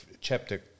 chapter